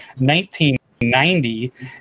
1990